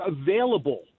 available